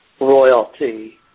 royalty